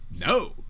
No